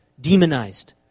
demonized